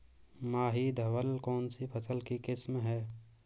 माही धवल कौनसी फसल की किस्म है?